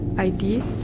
ID